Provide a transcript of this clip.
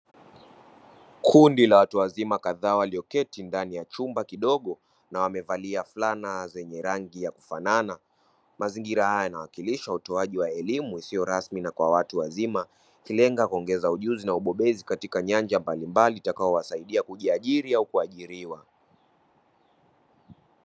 Kundi la watu wazima kadhaa walioketi ndani ya chumba kidogo na wamevalia fulana zenye rangi inayofanana; mazingira haya yanawakilisha utoaji wa elimu isiyo rasmi kwa watu wazima, ikilenga kuongeza ujuzi na ubobezi katika nyanja mbalimbali, itakayowasaidia kujiajiri au kuajiriwa.